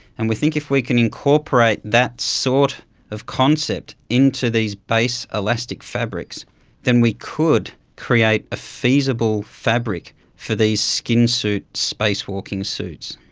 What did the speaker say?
and we think if we can incorporate that sort of concept into these base elastic fabrics than we could create a feasible fabric for these skinsuit space walking suits.